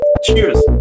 Cheers